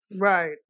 Right